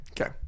Okay